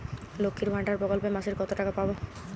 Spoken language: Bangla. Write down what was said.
লক্ষ্মীর ভান্ডার প্রকল্পে মাসিক কত টাকা পাব?